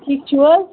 ٹھیٖک چھُو حظ